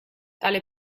tale